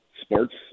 sports